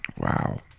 Wow